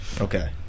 Okay